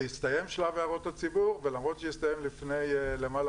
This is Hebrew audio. שלב הערות הציבור הסתיים ולמרות שהוא הסתיים לפני למעלה